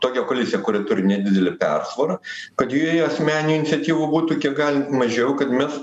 tokia koalicija kuri turi nedidelę persvarą kad joje asmeninių iniciatyvų būtų kiek galint mažiau kad mes